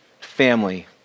family